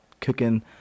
cooking